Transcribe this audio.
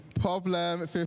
Problem